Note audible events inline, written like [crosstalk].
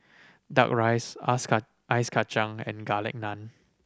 Duck Rice [unintelligible] Ice Kachang and Garlic Naan